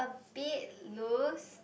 bit loose